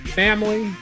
family